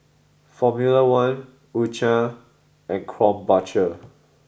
formula one Ucha and Krombacher